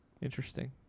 Interesting